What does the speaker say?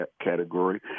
category